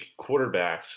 quarterbacks